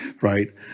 right